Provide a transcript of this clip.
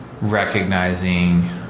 recognizing